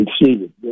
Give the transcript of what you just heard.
exceeded